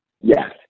yes